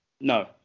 No